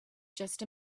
just